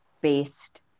based